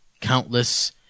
countless